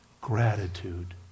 Gratitude